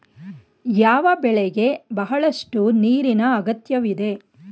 ಯಾವ ಬೆಳೆಗೆ ಬಹಳಷ್ಟು ನೀರಿನ ಅಗತ್ಯವಿದೆ?